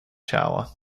shower